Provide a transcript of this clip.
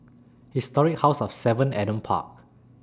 Historic House of seven Adam Park